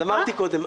אז אמרתי קודם.